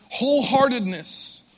wholeheartedness